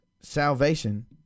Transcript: salvation